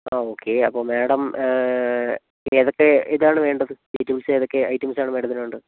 ആ ഓക്കേ അപ്പം മേഡം ഏതൊക്കെ ഇതാണ് വേണ്ടത് ഐറ്റംസ് ഏതൊക്കെ ഐറ്റംസാണ് മേഡത്തിന് വേണ്ടത്